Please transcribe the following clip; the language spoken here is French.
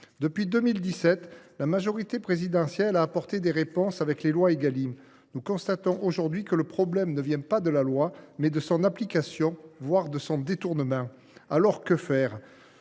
lois Égalim, la majorité présidentielle a apporté des réponses. Nous constatons aujourd’hui que le problème vient non pas de la loi, mais de son application, voire de son détournement. Alors, que faire ?